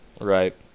Right